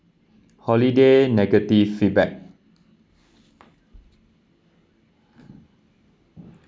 holiday negative feedback